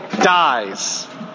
dies